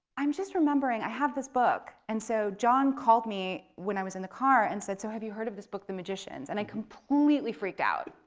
i'm just remembering i have this book. and so john called me when i was in the car and said, so have you heard of this book the magicians and i completely freaked out.